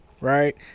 Right